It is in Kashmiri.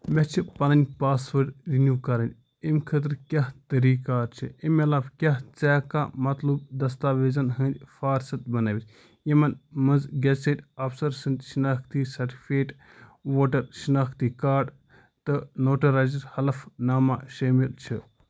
مےٚ چھِ پنٕنۍ پاسپورٹ رِنِو کرٕنۍ اَمہِ خٲطرٕ کیٛاہ طٔریٖقہ کار چھِ اَمہِ علاوٕ کیٛاہ ژٕ ہیٚکہٕ کھا مطلوٗب دستاویزن ہنٛدۍ فہرسَت بنٲیِتھ یمن منٛز گیٚزٕٹِڈ آفسر سٕنٛدۍ شِناختی سرٹیفکیٚٹ ووٹر شِناختی کارڈ تہِ نوٹرایزٕڈ حلف نامہٕ شٲمل چھُ